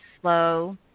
slow